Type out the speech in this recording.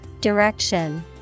Direction